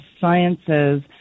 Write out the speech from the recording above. Sciences